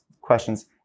questions